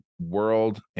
world